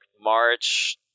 March